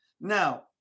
Now